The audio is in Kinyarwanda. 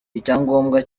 icyangombwa